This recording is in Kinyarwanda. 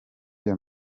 iyo